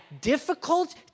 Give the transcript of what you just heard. difficult